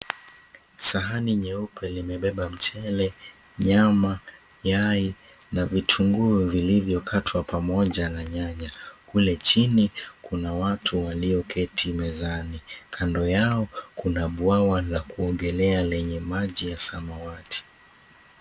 Sahani nyeupe limebeba mchele, nyama, yai na vitunguu vilivyokatwa pamoja na nyanya. Kule chini kuna watu walioketi mezani. Kando yao kuna bwawa la kuogea lenye maji ya samawati.